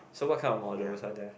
so what kind of models are there